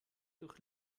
durch